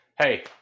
Hey